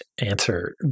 answer